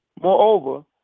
Moreover